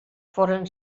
foren